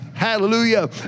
Hallelujah